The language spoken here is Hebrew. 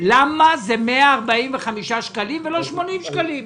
למה זה 145 שקלים ולא 80 שקלים?